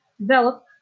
develop